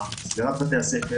סגירת בתי הספר